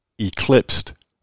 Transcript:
eclipsed